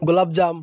গোলাপ জাম